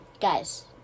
guys